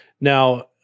Now